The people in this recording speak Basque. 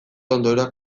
ondorioak